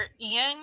Ian